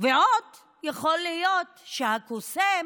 ויכול להיות שהקוסם